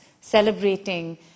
celebrating